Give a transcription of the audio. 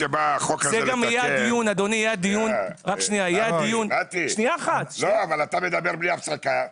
נתי, אתה מדבר בלי הפסקה.